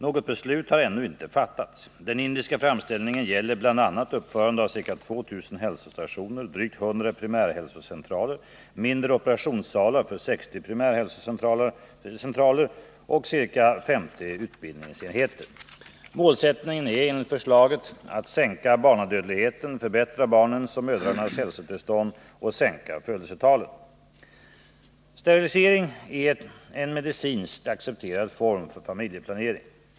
Något beslut har ännu inte fattats. Den indiska framställningen gäller bl.a. uppförande av ca 2 000 hälsostationer, drygt 100 primärhälsocentraler, mindre operationssalar för 60 primärhälsocentraler och ca 50 utbildningsenheter. Målsättningarna är, enligt förslaget, att minska barnadödligheten, förbättra barnens och mödrarnas hälsotillstånd och att sänka födelsetalen. Sterilisering är en medicinskt accepterad form för familjeplanering.